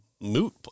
moot